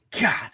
God